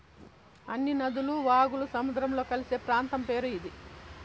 అన్ని నదులు వాగులు సముద్రంలో కలిసే ప్రాంతం పేరు ఇది